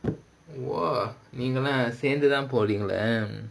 !wah! நீங்கலாம் சேர்ந்துதான் போறீங்களா:neengalaam sernthuthaan poreengalaa